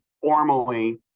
formally